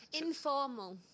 informal